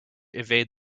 evade